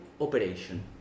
operation